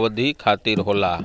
अवधि खातिर होला